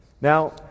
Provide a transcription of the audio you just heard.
Now